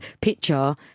picture